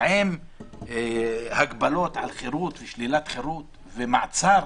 עם הגבלות על חירות ושלילת חירות ומעצר?